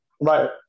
Right